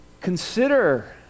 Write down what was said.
consider